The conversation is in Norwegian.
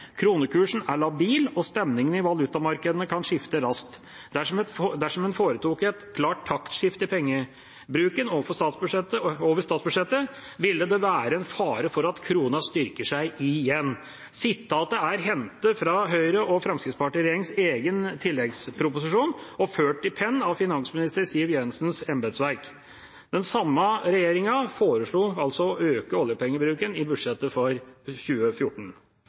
Kronekursen er labil, og stemningene i valutamarkedene kan skifte raskt. Dersom en foretok et klart taktskifte i pengebruken over statsbudsjettet, ville det være en fare for at krona styrker seg igjen.» Sitatet er hentet fra Høyre–Fremskrittsparti-regjeringas egen tilleggsproposisjon og ført i pennen av finansminister Siv Jensens embetsverk. Den samme regjeringa forslo altså å øke oljepengebruken i budsjettet for 2014.